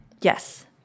Yes